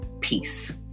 Peace